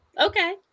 okay